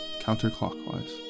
counterclockwise